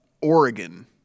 Oregon